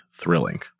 thrilling